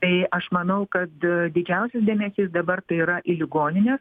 tai aš manau kad didžiausias dėmesys dabar tai yra į ligonines